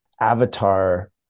avatar